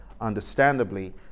understandably